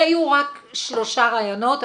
אלה היו רק שלושה רעיונות,